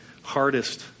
hardest